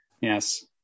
Yes